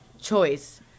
choice